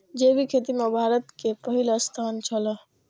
जैविक खेती में भारत के पहिल स्थान छला